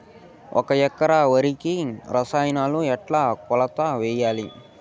ఒక ఎకరా వరికి రసాయనాలు ఎట్లా కొలత వేయాలి?